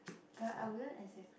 but I wouldn't exact